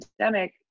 pandemic